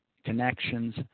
connections